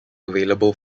available